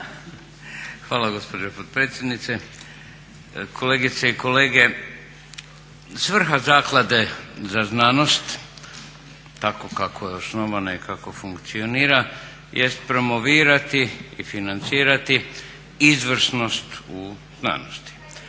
Hvala gospođo potpredsjednice. Kolegice i kolege svrha Zaklade za znanost tako kako je osnovana i kako funkcionira jest promovirati i financirati izvrsnost u znanosti.